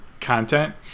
content